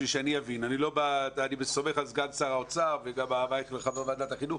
אני סומך על סגן שר האוצר וגם הרב אייכלר חבר ועדת החינוך.